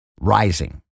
rising